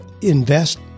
invest